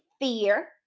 fear